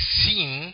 seen